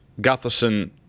Gutherson